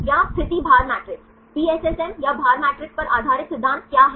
या स्थिति भार मैट्रिक्स PSSM या भार मैट्रिक्स पर आधारित सिद्धांत क्या हैं